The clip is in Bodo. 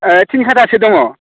थिन खाथासो दं